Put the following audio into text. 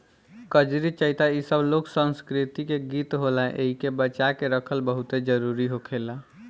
कजरी, चइता इ सब लोक संस्कृति के गीत होला एइके बचा के रखल बहुते जरुरी होखेला